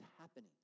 happening